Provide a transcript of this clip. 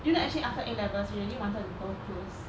you know actually after A levels we really wanted to go cruise